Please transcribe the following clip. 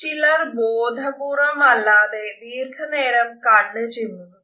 ചിലർ ബോധപൂർവ്വമല്ലാതെ ദീർഘനേരം കണ്ണ് ചിമ്മുന്നു